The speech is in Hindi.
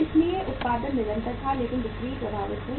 इसलिए उत्पादन निरंतर था लेकिन बिक्री प्रभावित हुई